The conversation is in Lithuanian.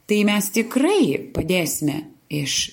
tai mes tikrai padėsime iš